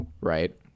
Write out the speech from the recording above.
right